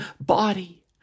body